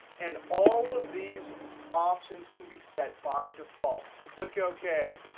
and all of these options can be set by default. click ok.